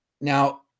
Now